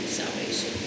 salvation